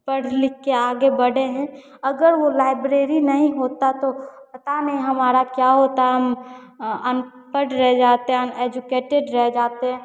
पढ़ लिखकर आगे बढ़े हैं अगर वह लाइब्रेरी नहीं होती तो पता नहीं हमारा क्या होता हम अनपढ़ रह जाते अनएजुकेटेड रह जाते